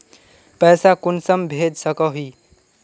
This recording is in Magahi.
पैसा कुंसम भेज सकोही?